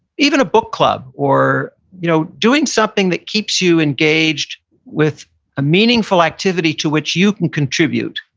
even a book club. or you know doing something that keeps you engaged with a meaningful activity to which you can contribute.